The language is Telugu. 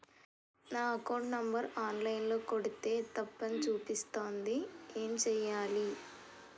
నా అకౌంట్ నంబర్ ఆన్ లైన్ ల కొడ్తే తప్పు అని చూపిస్తాంది ఏం చేయాలి?